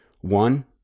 one